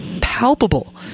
palpable